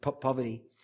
poverty